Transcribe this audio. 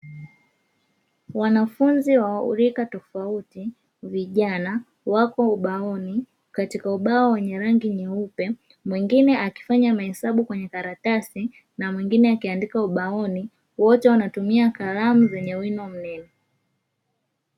Wanafunzi wa rika tofauti vijana, wapo ubaoni katika ubao wenye rangi nyeupe, mwingine akifanya mahesabu kwenye karatasi na mwingine akiandika ubaoni wote wanatumia kalamu zenye wino mnene.